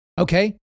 okay